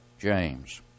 James